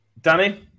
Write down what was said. Danny